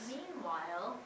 Meanwhile